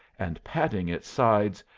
and patting its sides,